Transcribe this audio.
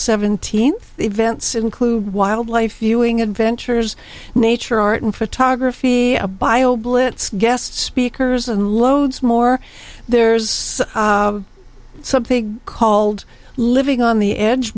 seventeenth the events include wildlife uing adventures nature art and photography a bio blitz guest speakers and loads more there's something called living on the edge